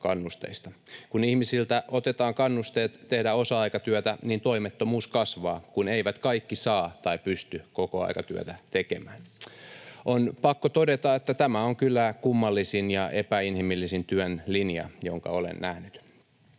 Kun ihmisiltä otetaan kannusteet tehdä osa-aikatyötä, niin toimettomuus kasvaa, kun kaikki eivät saa tai pysty kokoaikatyötä tekemään. On pakko todeta, että tämä on kyllä kummallisin ja epäinhimillisin työn linja, jonka olen nähnyt.